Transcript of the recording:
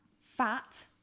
fat